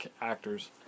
actors